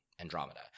Andromeda